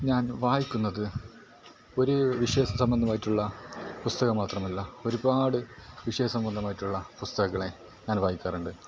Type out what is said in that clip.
ഞാൻ വായിക്കുന്നത് ഒരു വിഷയ സംബന്ധമായിട്ടുള്ള പുസ്തകം മാത്രമല്ല ഒരുപാട് വിഷയ സംബന്ധമായിട്ടുള്ള പുസ്തകങ്ങളെ ഞാൻ വായിക്കാറുണ്ട്